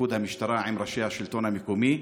ופיקוד המשטרה ועם ראשי השלטון המקומי,